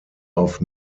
auf